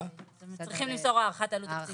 הם צריכים למסור הערכת עלות תקציבית